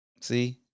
See